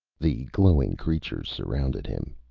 the glowing creatures surrounded him.